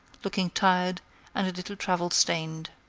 looking tired and a little travel-stained.